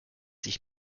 sich